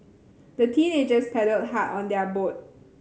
the teenagers paddled hard on their boat